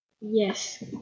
Yes